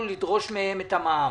המע"מ?